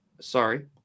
Sorry